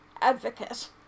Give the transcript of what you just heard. advocate